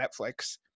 netflix